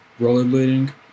rollerblading